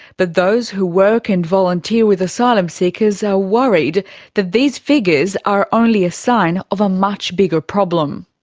but those who work and volunteer with asylum seekers are worried that these figures are only a sign of a much bigger problem.